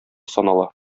санала